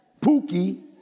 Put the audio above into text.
Pookie